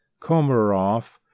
Komarov